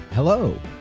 Hello